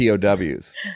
POWs